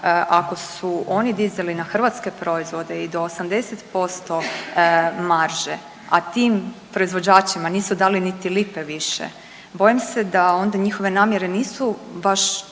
ako su oni dizali na hrvatske proizvode i do 80% marže, a tim proizvođačima nisu dali niti lipe više bojim se da onda njihove namjere nisu baš časne